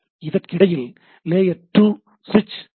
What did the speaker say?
இதற்கிடையில் layer 2 switch உள்ளது